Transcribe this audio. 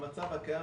המצב הקיים